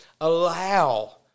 allow